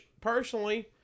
personally